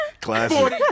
Classic